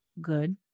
Good